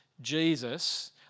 Jesus